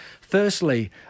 firstly